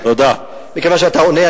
מכיוון שאתה עונה,